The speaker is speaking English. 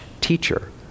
Teacher